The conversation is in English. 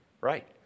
right